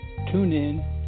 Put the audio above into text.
TuneIn